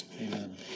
Amen